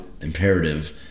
imperative